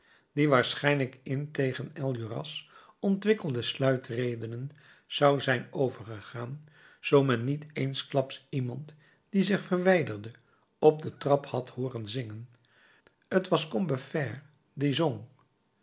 die waarschijnlijk in tegen enjolras ontwikkelde sluitredenen zou zijn overgegaan zoo men niet eensklaps iemand die zich verwijderde op de trap had hooren zingen t was combeferre